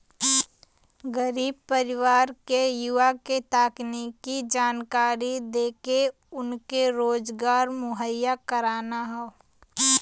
गरीब परिवार के युवा के तकनीकी जानकरी देके उनके रोजगार मुहैया कराना हौ